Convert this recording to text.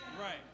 Right